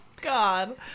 God